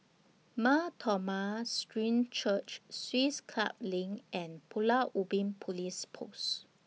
Mar Thoma Syrian Church Swiss Club LINK and Pulau Ubin Police Post